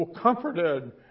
comforted